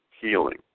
healing